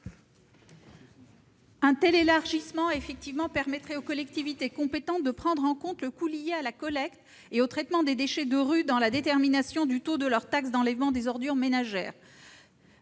Un tel élargissement permettrait aux collectivités compétentes de prendre en compte le coût lié à la collecte et au traitement des déchets de rue dans la détermination du taux de leur TEOM. Une telle extension peut être